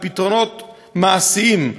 עם פתרונות מעשיים,